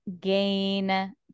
gain